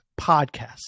podcast